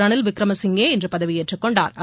ரனில் விக்ரமசிங்கே இன்று பதவியேற்று கொண்டாா்